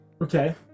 Okay